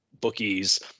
bookies